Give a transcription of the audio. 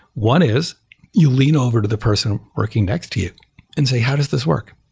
one is you lean over to the person working next to you and say, how does this work,